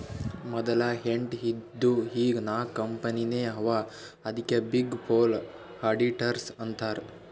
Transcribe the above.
ಮದಲ ಎಂಟ್ ಇದ್ದು ಈಗ್ ನಾಕ್ ಕಂಪನಿನೇ ಅವಾ ಅದ್ಕೆ ಬಿಗ್ ಫೋರ್ ಅಡಿಟರ್ಸ್ ಅಂತಾರ್